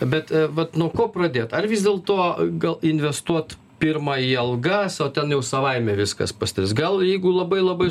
bet vat nuo ko pradėt ar vis dėlto gal investuot pirma į algas o ten jau savaime viskas pasidarys gal jeigu labai labai